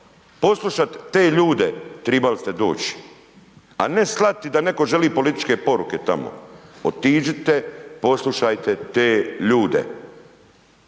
Poslušat te ljude, tribali ste doć, a ne slati da netko želi političke poruke tamo, otiđite, poslušajte te ljude,